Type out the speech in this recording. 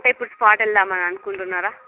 అంటే ఇప్పుడు స్పాట్ వెళదామని అనుకుంటున్నారా